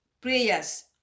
prayers